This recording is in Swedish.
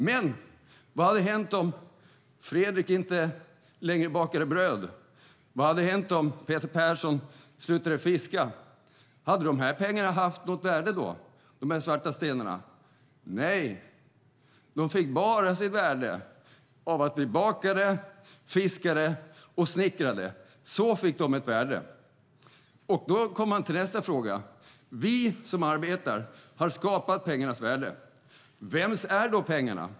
Men vad hade hänt om Fredrik inte längre bakade bröd? Vad hade hänt om Peter Persson slutade fiska? Hade pengarna, de svarta stenarna, haft något värde då? Nej, de fick ju sitt värde av att vi bakade, fiskade och snickrade. Så fick pengarna ett värde. Då kommer man till nästa fråga. Vi som arbetar har skapat pengarnas värde. Vems är då pengarna?